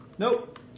Nope